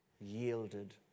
yielded